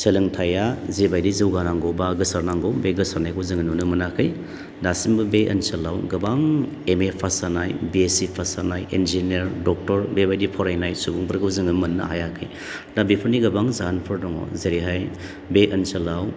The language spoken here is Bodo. सोलोंथाया जेबायदि जौगानांगौ बा गोसारनांगौ बे गोसारनायखौ जोङो नुनो मोनाखै दासिमबो बे ओनसोलाव गोबां एम ए पास जानाय बि एस सि पास जानाय इन्जिनियार डक्ट'र बेबायदि फरायनाय सुबुंफोरखौ जोङो मोननो हायाखै दा बेफोरनि गोबां जाहोनफोर दङ जेरैहाय बे ओनसोलाव